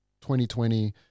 2020